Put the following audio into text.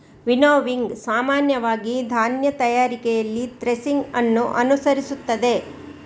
winnowing ಸಾಮಾನ್ಯವಾಗಿ ಧಾನ್ಯ ತಯಾರಿಕೆಯಲ್ಲಿ ಥ್ರೆಸಿಂಗ್ ಅನ್ನು ಅನುಸರಿಸುತ್ತದೆ